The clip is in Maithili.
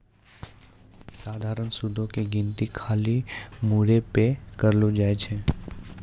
सधारण सूदो के गिनती खाली मूरे पे करलो जाय छै